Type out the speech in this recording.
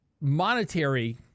monetary